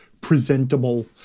presentable